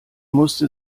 musste